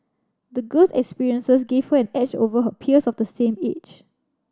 the girl's experiences give her an edge over her peers of the same age